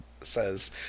says